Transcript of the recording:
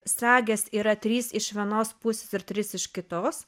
segės yra trys iš vienos pusės ir trys iš kitos